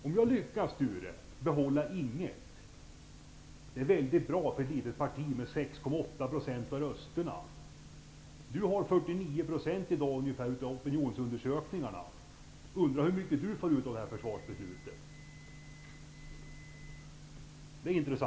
Om jag lyckas behålla Ing 1, Sture Ericson, är det mycket bra för ett litet parti med 6,8 % av rösterna. Jag undrar hur mycket Sture Ericson får ut av försvarsbeslutet. Det vore intressant att få veta.